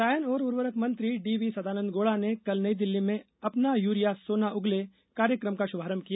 रसायन और उर्वरक मंत्री डीवी सदानंद गौड़ा ने कल नई दिल्ली में अपना यूरिया सोना उगले कार्यक्रम का शुभारभ किया